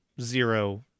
zero